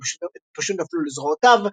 הן פשוט נפלו לזרועותיו"